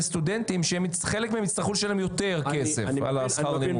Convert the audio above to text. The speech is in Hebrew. סטודנטים שחלק מהם יצטרכו לשלם יותר כסף על שכר הלימוד.